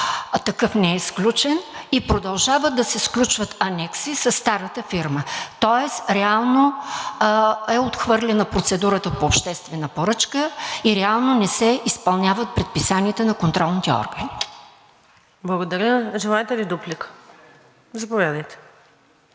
такъв не е сключен, и продължават да се сключват анекси със старата фирма. Тоест, реално е отхвърлена процедурата по обществена поръчка и реално не се изпълняват предписанията на контролните органи. ПРЕДСЕДАТЕЛ НАДЕЖДА САМАРДЖИЕВА: Благодаря. Желаете ли дуплика? Заповядайте.